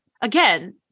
again